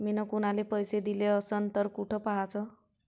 मिन कुनाले पैसे दिले असन तर कुठ पाहाचं?